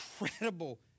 incredible